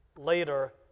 later